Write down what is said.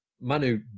Manu